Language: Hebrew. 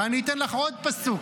ואני אתן לך עוד פסוק,